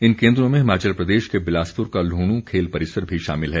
इन केन्द्रों में हिमाचल प्रदेश के बिलासपुर का लुहणू खेल परिसर भी शामिल है